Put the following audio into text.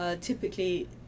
typically